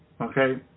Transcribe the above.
Okay